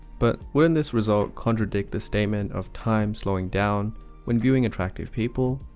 but wouldn't this result contradict the statement of time slowing down when viewing attractive people?